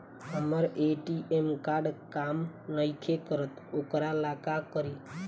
हमर ATM card काम नईखे करत वोकरा ला का करी?